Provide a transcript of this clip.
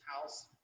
house